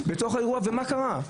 ומה קרה באירוע?